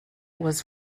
was